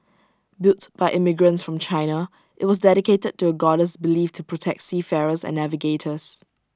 built by immigrants from China IT was dedicated to A goddess believed to protect seafarers and navigators